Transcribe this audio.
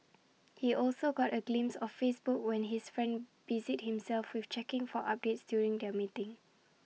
he also got A glimpse of Facebook when his friend busied himself with checking for updates during their meeting